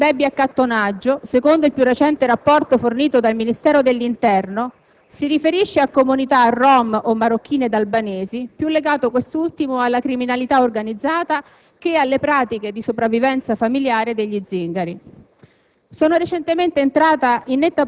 Purtroppo dobbiamo constatare che il baby-accattonaggio, secondo il più recente rapporto fornito dal Ministero dell'interno, si riferisce a comunità rom o marocchine ed albanesi, più legata quest'ultima alla criminalità organizzata che alle pratiche di sopravvivenza familiare degli zingari.